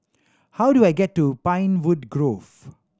how do I get to Pinewood Grove